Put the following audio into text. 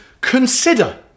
consider